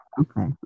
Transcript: okay